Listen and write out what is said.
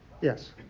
Yes